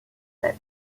sept